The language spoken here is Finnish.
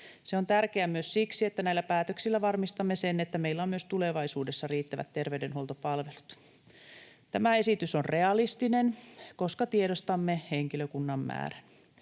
Se on tärkeää myös siksi, että näillä päätöksillä varmistamme sen, että meillä on myös tulevaisuudessa riittävät terveydenhuoltopalvelut. Tämä esitys on realistinen, koska tiedostamme henkilökunnan määrän.